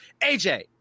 AJ